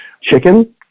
chicken